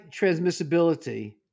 transmissibility